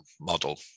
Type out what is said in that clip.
model